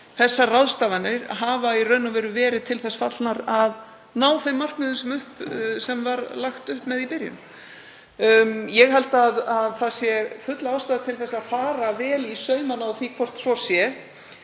þessar ráðstafanir hafa í raun verið til þess fallnar að ná þeim markmiðum sem lagt var upp með í byrjun. Ég held að full ástæða sé til að fara vel í saumana á því hvort svo sé.